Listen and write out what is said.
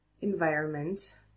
environment